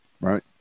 right